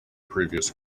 previous